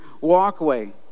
walkway